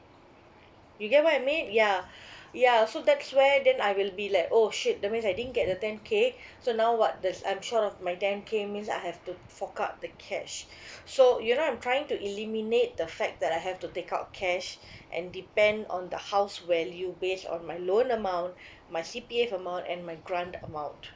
you get what I mean yeah yeah so that's where then I will be like oh shit that means I didn't get the ten K so now what there's I'm short of my ten K means I have to fork out the cash so you know I'm trying to eliminate the fact that I have to take out cash and depend on the house value based on my loan amount my C_P_F amount and my grant amount